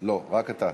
לא, רק אתה.